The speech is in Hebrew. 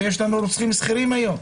ויש לנו רוצחים שכירים היום,